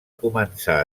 començar